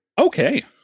okay